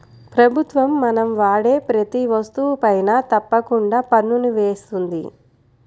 ప్రభుత్వం మనం వాడే ప్రతీ వస్తువుపైనా తప్పకుండా పన్నుని వేస్తుంది